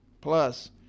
plus